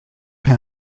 his